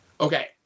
Okay